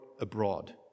abroad